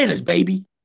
baby